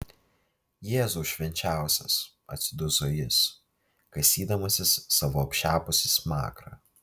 jėzau švenčiausias atsiduso jis kasydamasis savo apšepusį smakrą